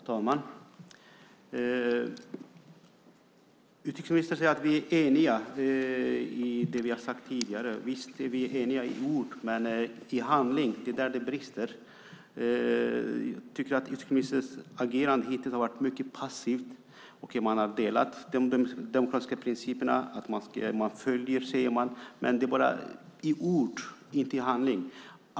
Herr talman! Utrikesministern säger att vi är eniga om det vi har sagt tidigare. Visst är vi eniga i ord, men det är i handling det brister. Jag tycker att utrikesministerns agerande hittills har varit mycket passivt. Man säger att man delar de demokratiska principerna och följer scheman, men det är bara i ord, inte i handling.